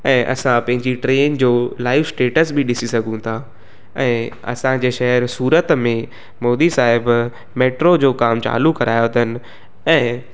ऐं असां पंहिंजी ट्रेन जो लाइव स्टेटस बि ॾिसी सघूं था ऐं असांजे शहर सूरत में मोदी साहिब मेट्रो जो कम चालू करायो अथनि ऐं